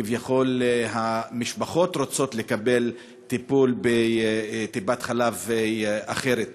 שכביכול המשפחות רוצות לקבל טיפול בטיפת חלב אחרת.